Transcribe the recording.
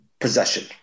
possession